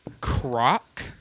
croc